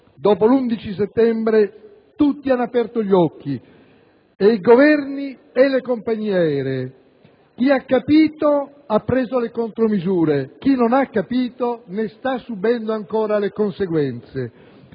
dopo l'11 settembre, tutti hanno aperto gli occhi: i governi e le compagnie aeree; chi ha capito ha preso le contromisure, chi non ha capito ne sta subendo ancora le conseguenze.